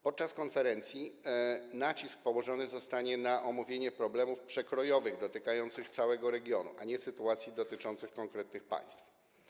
Podczas konferencji nacisk położony zostanie na omówienie problemów przekrojowych dotyczących całego regionu, a nie sytuacji dotyczących konkretnych państw.